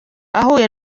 ahuye